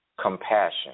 compassion